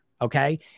okay